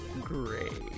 Great